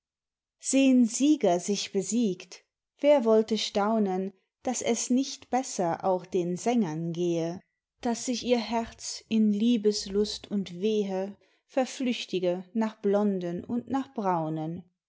seh'n sieger sich besiegt wer wollte staunen daß es nicht besser auch den sängern gehe daß sich ihr herz in liebeslust und wehe verflüchtige nach blonden und nach braunen